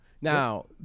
now